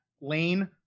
lane